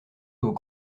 aux